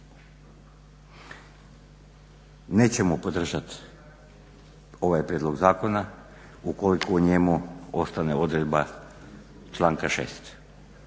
Nećemo podržat ovaj prijedlog zakona ukoliko u njemu ostane odredba članka 6.